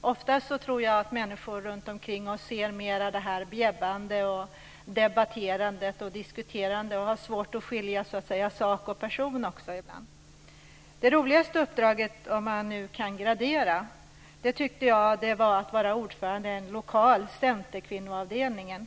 Ofta tror jag att människor runtomkring oss mer ser det här bjäbbandet, debatterandet och diskuterandet, och ibland har de också svårt att skilja mellan sak och person. Mitt roligaste uppdrag, om man nu kan gradera det, tyckte jag var att vara ordförande i en lokal centerkvinnoavdelning.